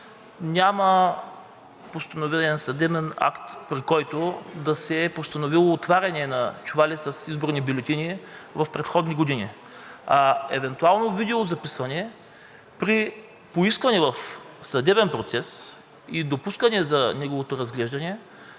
няма постановен съдебен акт, при който да се е постановило отваряне на чували с изборни бюлетини в предходни години. Евентуално видеозаписване – при поискване в съдебен процес и допускане за неговото разглеждане,